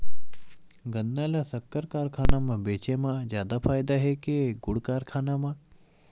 गन्ना ल शक्कर कारखाना म बेचे म जादा फ़ायदा हे के गुण कारखाना म?